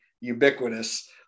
ubiquitous